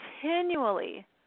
continually